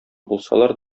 булсалар